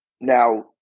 Now